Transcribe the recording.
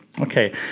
Okay